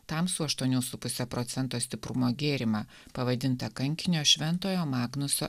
tamsų aštuonių su puse procento stiprumo gėrimą pavadintą kankinio šventojo magnuso